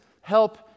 help